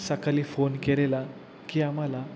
सकाळी फोन केलेला की आम्हाला